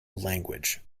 language